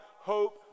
hope